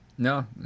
No